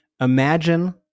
imagine